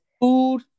food